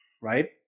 right